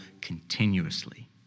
continuously